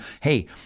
hey